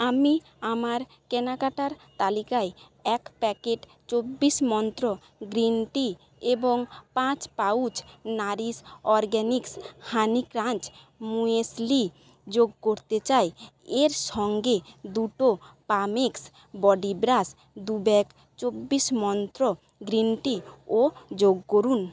আমি আমার কেনাকাটার তালিকায় এক প্যাকেট চব্বিশ মন্ত্র গ্রিন টি এবং পাঁচ pouch Nourish Organics honey crunch muesli যোগ করতে চাই এর সঙ্গে দুটো পামিক্স বডি ব্রাশ দু ব্যাগ চব্বিশ মন্ত্র গ্রিন টি ও যোগ করুন